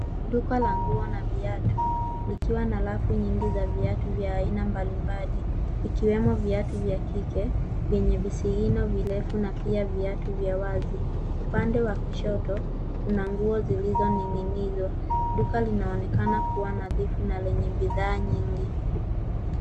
Duka la nguo na viatu likiwa na rafu nyingi za viatu vya aina mbalimbali, ikiwemo viatu vya kike vyenye visigino virefu na pia viatu vya wazi upande wa kushoto kuna nguo zilizoninginizwa, duka linaonekana kuwa nadhifu na lenye bidhaa nyingi.